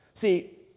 See